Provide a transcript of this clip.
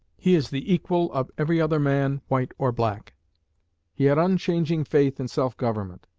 he is the equal of every other man, white or black he had unchanging faith in self-government.